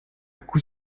coup